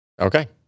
Okay